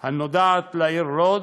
הנוגעת לעיר לוד,